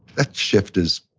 that shift is